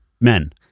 Men